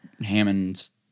Hammond's –